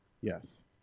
Yes